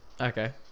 Okay